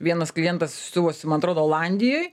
vienas klientas siuvosi man atrodo olandijoj